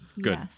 Good